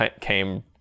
came